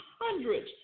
hundreds